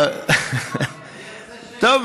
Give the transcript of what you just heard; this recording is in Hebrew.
כאן יש שלושה.